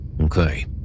Okay